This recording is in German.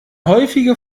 häufige